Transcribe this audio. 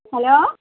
hello